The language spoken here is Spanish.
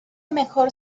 mejor